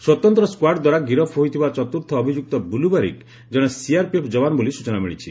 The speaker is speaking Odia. ସ୍ୱତନ୍ତ ସ୍ୱାର୍ଡ ଦ୍ୱାରା ଗିରଫ ହୋଇଥିବା ଚତୁର୍ଥ ଅଭିଯୁକ୍ତ ବୁଲୁ ବାରିକ କଣେ ସିଆରପିଏପ୍ ଯବାନ ବୋଲି ସ୍ଚନା ମିଳିଛି